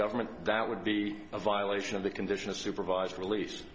government that would be a violation of the condition of supervised release